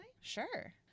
Sure